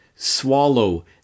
swallow